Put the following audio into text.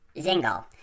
Zingle